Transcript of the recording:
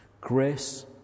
Grace